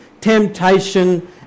temptation